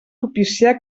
propiciar